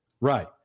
Right